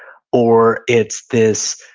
or it's this,